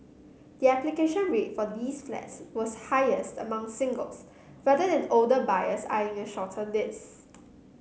the application rate for these flats was highest among singles rather than older buyers eyeing a shorter lease